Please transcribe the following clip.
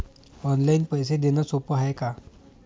Online पैसे देण सोप हाय का?